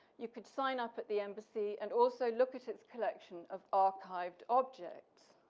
you could sign up at the embassy and also look at its collection of archived objects.